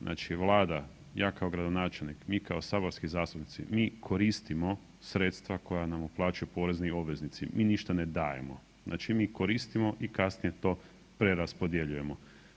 Znači Vlada, ja kao gradonačelnik, mi kao saborski zastupnici, mi koristimo sredstva koja nam uplaćuju porezni obveznici, mi ništa ne dajemo, znači mi koristimo i kasnije to preraspodjeljujemo.